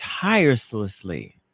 tirelessly